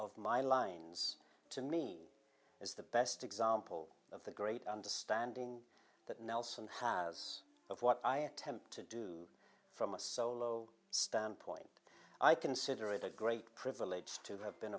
of my lines to me is the best example of the great understanding that nelson has of what i attempt to do from a solo standpoint i consider it a great privilege to have been